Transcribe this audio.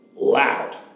loud